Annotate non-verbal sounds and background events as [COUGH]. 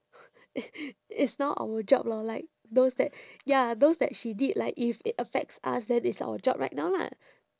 [NOISE] it's now our job lor like those that ya those that she did like if it affects us then it's our job right now lah